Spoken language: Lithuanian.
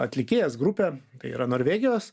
atlikėjas grupė tai yra norvegijos